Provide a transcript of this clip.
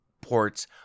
ports